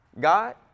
God